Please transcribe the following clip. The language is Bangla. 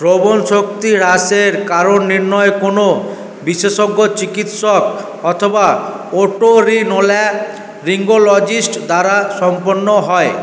শ্রবণশক্তি হ্রাসের কারণ নির্ণয় কোনও বিশেষজ্ঞ চিকিৎসক অথবা ওটোরিনোল্যারিঙ্গোলজিস্ট দ্বারা সম্পন্ন হয়